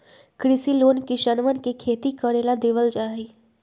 कृषि लोन किसनवन के खेती करे ला देवल जा हई